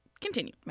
continue